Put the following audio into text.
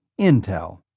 Intel